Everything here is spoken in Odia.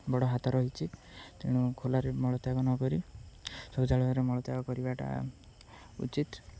ବଡ଼ ହାତ ରହିଛି ତେଣୁ ଖୋଲାରେ ମଳତ୍ୟାଗ ନକ ଶୌଚାଳୟରେ ମଳତ୍ୟାଗ କରିବାଟା ଉଚିତ